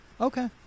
Okay